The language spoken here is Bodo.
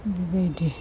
बेबायदि